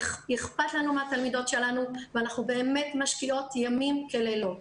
ואכפת לנו מהתלמידות שלנו ואנחנו באמת משקיעות ימים כלילות.